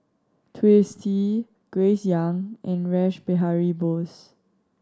Twisstii Grace Young and Rash Behari Bose